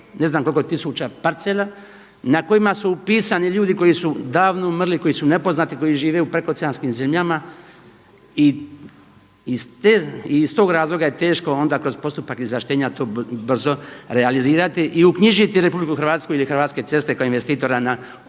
ne znam koliko tisuća parcela, na kojima su upisani ljudi koji su davno umrli, koji su nepoznati, koji žive u prekooceanskim zemljama i iz tog razloga je teško onda kroz postupak izvlaštenja to brzo realizirati i uknjižiti RH ili Hrvatske ceste kao investitora na 18 tisuća